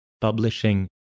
publishing